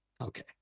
Okay